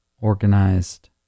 organized